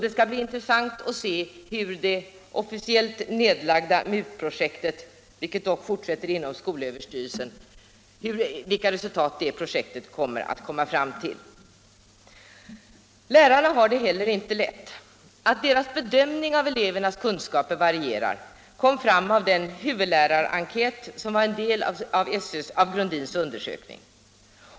Det skall bli intressant att se vilka resultat det officiellt nedlagda MUT-projektet —- som dock fortsätter inom skolöverstyrelsen — kommer fram till. Lärarna har det heller inte lätt. Att deras bedömning av elevernas kunskaper varierar kom fram av den huvudlärarenkät, som var en del av Grundins undersökning.